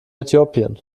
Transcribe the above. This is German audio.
äthiopien